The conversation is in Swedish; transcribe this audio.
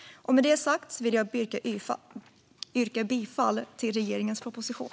Med detta sagt yrkar jag bifall till regeringens proposition.